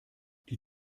die